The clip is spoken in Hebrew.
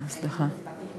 סליחה.